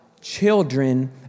Children